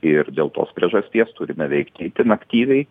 ir dėl tos priežasties turime veikti itin aktyviai